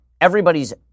everybody's